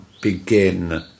begin